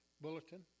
bulletin